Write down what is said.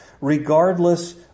regardless